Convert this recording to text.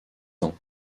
ans